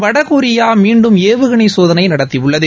வடகொரியா மீண்டும் ஏவுகணை சோதனை நடத்தியுள்ளது